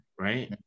right